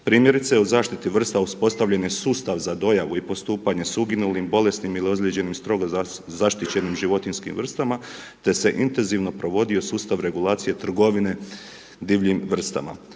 Primjerice u zaštiti vrsta uspostavljen je sustav za dojavu i postupanje sa uginulim, bolesnim ili ozlijeđenim, strogo zaštićenim životinjskim vrstama te se intenzivno provodio sustav regulacije trgovine divljim vrstama.